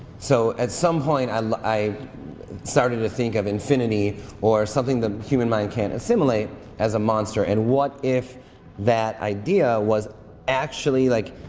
so at some point i like i started to think of infinity or something the human mind can't assimilate as a monster, and what if that idea was actually, like,